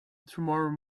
tomorrow